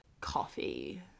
coffee